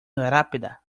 rápida